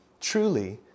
truly